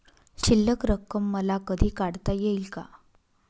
शिल्लक रक्कम मला कधी काढता येईल का?